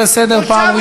למי?